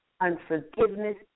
unforgiveness